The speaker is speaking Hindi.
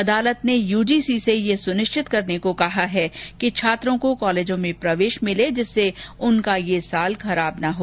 अदालत ने यूजीसी से ये सुनिश्चित करने को कहा है कि छात्रों को कॉलेजों में प्रवेश मिले जिससे उनका ये साल खराब न हो